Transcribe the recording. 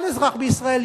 כל אזרח בישראל,